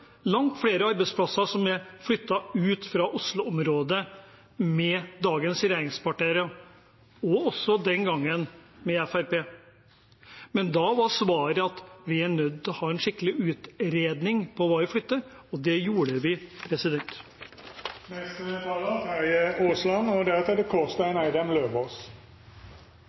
langt flere arbeidsplasser som er flyttet ut fra osloområdet med dagens regjeringspartier og også den gangen med Fremskrittspartiet. Da var svaret at vi var nødt til å ha en skikkelig utredning av hva vi skulle flytte, og det hadde vi. For å starte litt med det politiske spillet: Det